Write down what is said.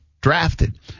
drafted